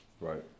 right